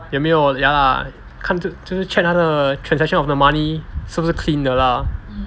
有没有 ya lah 看就是 check 那个 transaction of the money 是不是 clean 的 lah